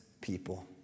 people